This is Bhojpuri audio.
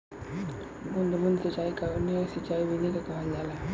बूंद बूंद सिंचाई कवने सिंचाई विधि के कहल जाला?